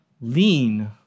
lean